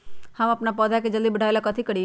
हम अपन पौधा के जल्दी बाढ़आवेला कथि करिए?